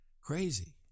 crazy